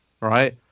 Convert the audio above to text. right